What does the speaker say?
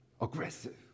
aggressive